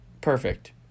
perfect